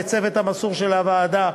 לצוות המסור של הוועדה,